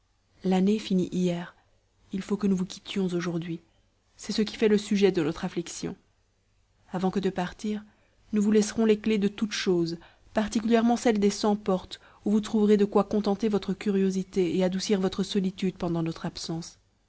l'année finit hier il faut que nous vous quittions aujourd'hui c'est ce qui fait le sujet de notre affliction avant que de partir nous vous laisserons les clefs de toutes choses particulièrement celles des cent portes où vous trouverez de quoi contenter votre curiosité et adoucir votre solitude pendant notre absence